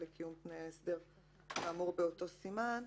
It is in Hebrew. לקיום תנאי ההסדר כאמור באותו סימן".